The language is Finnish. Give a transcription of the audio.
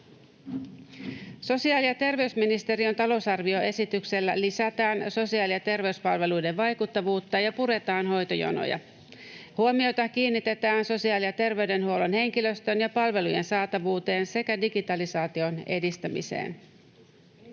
Sosiaali- ja terveysministeriön talousarvioesityksellä lisätään sosiaali- ja terveyspalveluiden vaikuttavuutta ja puretaan hoitojonoja. Huomiota kiinnitetään sosiaali- ja terveydenhuollon henkilöstön ja palvelujen saatavuuteen sekä digitalisaation edistämiseen.